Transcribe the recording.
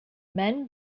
men